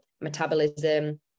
metabolism